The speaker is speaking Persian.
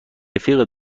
رفیق